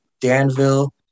Danville